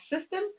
system